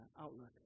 outlook